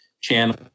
channel